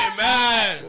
Amen